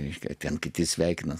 reiškia tie kiti sveikinasi